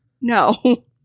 no